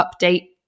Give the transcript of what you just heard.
update